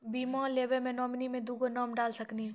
बीमा लेवे मे नॉमिनी मे दुगो नाम डाल सकनी?